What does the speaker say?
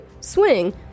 swing